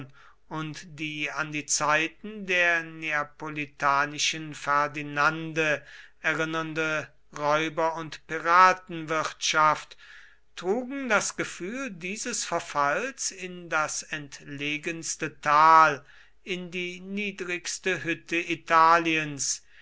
und die an die zeiten der neapolitanischen ferdinande erinnernde räuber und piratenwirtschaft trugen das gefühl dieses verfalls in das entlegenste tal in die niedrigste hütte italiens